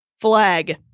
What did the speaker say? flag